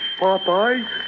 Popeye